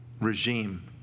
regime